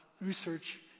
research